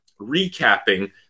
recapping